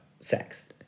sex